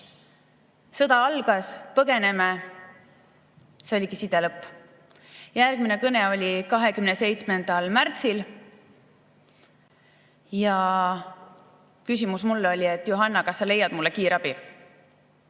sõda algas, põgeneme. Siis oligi side lõpp. Järgmine kõne oli 27. veebruaril ja küsimus mulle oli, et Johanna, kas sa leiad mulle kiirabi.